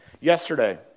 Yesterday